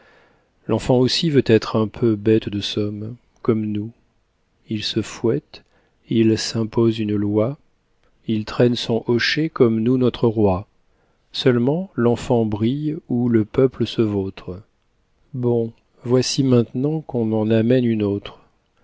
l'enfant aussi veut être un peu bête de somme comme nous il se fouette il s'impose une loi il traîne son hochet comme nous notre roi seulement l'enfant brille où le peuple se vautre bon voici maintenant qu'on en amène une autre